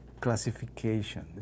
classification